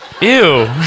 Ew